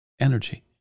energy